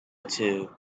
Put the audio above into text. too